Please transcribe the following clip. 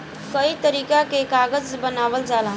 कई तरीका के कागज बनावल जाला